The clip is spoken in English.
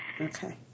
Okay